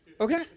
Okay